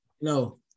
No